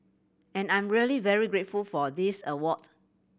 and I'm really very grateful for this award